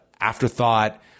afterthought